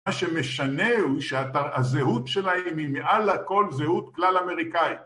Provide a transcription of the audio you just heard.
מה שמשנה הוא שהזהות שלהם היא מעל לכל זהות כלל אמריקאית